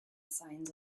signs